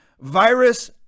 virus